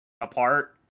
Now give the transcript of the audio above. apart